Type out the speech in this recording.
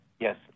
Yes